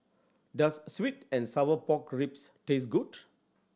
does sweet and sour pork ribs taste good